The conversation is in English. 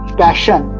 passion